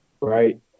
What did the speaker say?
right